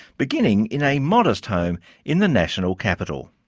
beginning in a modest home in the national capital.